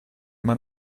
man